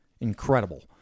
Incredible